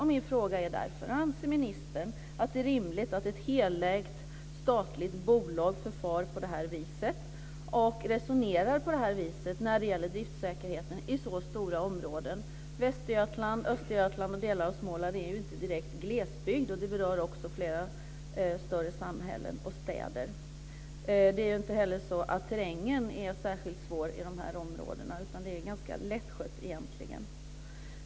Min fråga är därför: Anser ministern att det är rimligt att ett helägt statligt bolag förfar och resonerar på det här viset när det gäller driftsäkerheten i så stora områden? Västergötland, Östergötland och delar av Småland är inte direkt glesbygd. Det berör flera större samhällen och städer. Det är inte heller så att terrängen är särskilt svår i de här områdena, utan det är egentligen ganska lättskött.